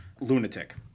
lunatic